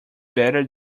better